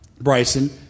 bryson